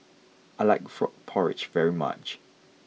I like Frog Porridge very much